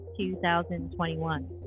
2021